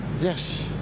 Yes